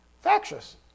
Factious